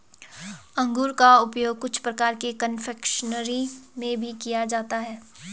अंगूर का उपयोग कुछ प्रकार के कन्फेक्शनरी में भी किया जाता है